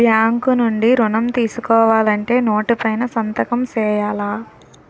bank నుండి ఋణం తీసుకోవాలంటే నోటు పైన సంతకం సేయాల